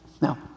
Now